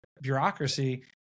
bureaucracy